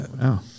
wow